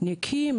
נכה,